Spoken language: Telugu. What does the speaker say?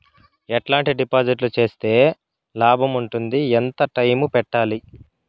ఎట్లాంటి డిపాజిట్లు సేస్తే లాభం ఉంటుంది? ఎంత టైము పెట్టాలి?